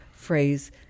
phrase